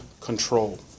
control